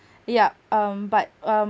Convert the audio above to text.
yup um but um